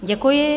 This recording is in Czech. Děkuji.